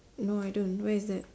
no I don't where is that